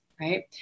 Right